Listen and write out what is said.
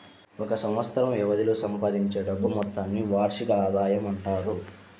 ఒక సంవత్సరం వ్యవధిలో సంపాదించే డబ్బు మొత్తాన్ని వార్షిక ఆదాయం అంటారు